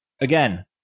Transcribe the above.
Again